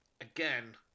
again